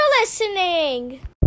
listening